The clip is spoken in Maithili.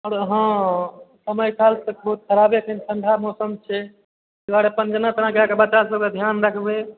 आओर हँ समय साल बहुत खराबे छै ठंडा मौसम छै ताहि दुआरे अपन जेना तेना कए कऽ बच्चासभके ध्यान रखबै